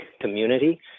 community